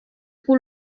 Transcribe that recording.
pour